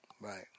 right